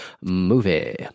movie